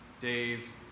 Dave